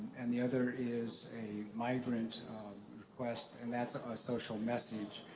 and the other is a migrant request, and that's a social message.